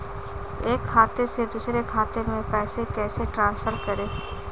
एक खाते से दूसरे खाते में पैसे कैसे ट्रांसफर करें?